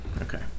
Okay